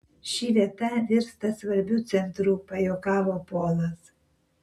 ši vieta virsta svarbiu centru pajuokavo polas